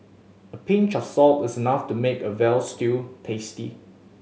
a pinch of salt is enough to make a veal stew tasty